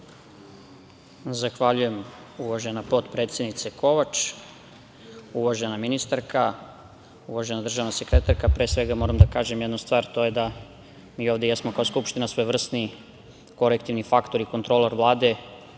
Hvala uvažena potpredsednice Kovač. Uvažena ministarka, uvažena državna sekretarka, pre svega moram da kažem jednu stvar, a to je da mi ovde jesmo kao Skupština svojevrsni korektivni faktor i kontrolor Vlade,